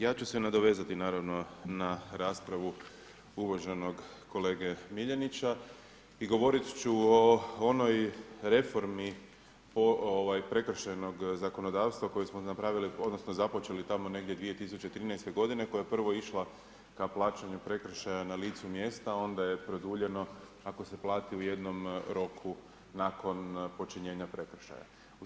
Ja ću se nadovezati naravno na raspravu uvaženog kolege Miljenića i govoriti ću onoj reformi prekršajnog zakonodavstva koju smo napravili, odnosno započeli tamo negdje 2013. godine koja je prvo išla ka plaćanju prekršaja na licu mjesta a onda je produljeno ako se plati u jednom roku nakon počinjenja prekršaja.